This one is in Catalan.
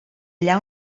allà